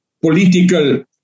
political